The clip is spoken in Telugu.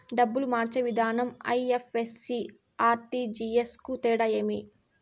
డబ్బులు మార్చే విధానం ఐ.ఎఫ్.ఎస్.సి, ఆర్.టి.జి.ఎస్ కు తేడా ఏమి?